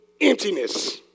emptiness